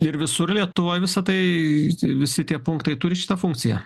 ir visur lietuvoj visą tai visi tie punktai turi šitą funkciją